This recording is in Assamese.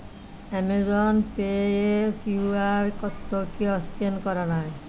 এমেজন পে'য়ে কিউ আৰ ক'ডটো কিয় স্কেন কৰা নাই